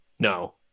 No